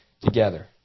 together